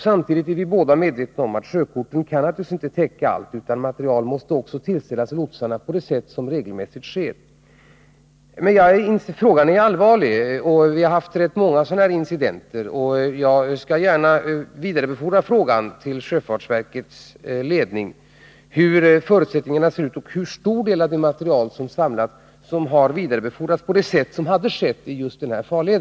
Samtidigt är både Hadar Cars och jag medvetna om att sjökorten givetvis inte kan täcka allt, utan material måste också tillställas lotsarna på det sätt som regelmässigt sker. Frågan är allvarlig. Vi har haft rätt många sådana här incidenter. Jag skall gärna till sjöfartsverkets ledning vidarebefordra frågan om hur förutsättningarna ser ut och hur stor del av det samlade materialet som har vidarebefordrats på det sätt som hade skett när det gäller just denna farled.